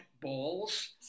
balls